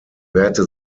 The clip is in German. wehrte